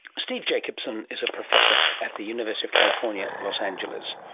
steve jacobsen is a professor at the university of california, los angeles.